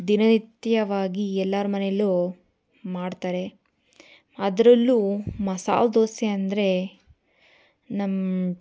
ದಿನನಿತ್ಯವಾಗಿ ಎಲ್ಲರ ಮನೆಯಲ್ಲೂ ಮಾಡ್ತಾರೆ ಅದರಲ್ಲೂ ಮಸಾಲೆ ದೋಸೆ ಅಂದರೆ ನಮ್ಮ